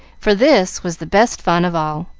for this was the best fun of all.